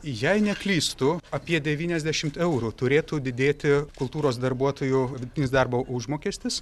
jei neklystu apie devyniasdešimt eurų turėtų didėti kultūros darbuotojų vidutinis darbo užmokestis